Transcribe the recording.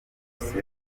ikindi